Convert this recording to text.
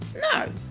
No